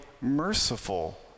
merciful